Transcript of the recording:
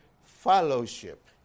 fellowship